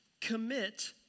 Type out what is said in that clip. Commit